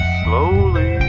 slowly